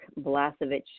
Blasevich